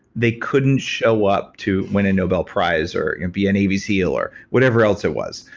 they couldn't show up to win a nobel prize or be a navy seal or whatever else it was.